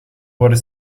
wurden